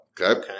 Okay